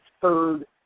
third